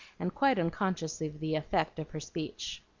and quite unconscious of the effect of her speech.